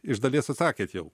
iš dalies atsakėt jau